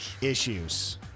issues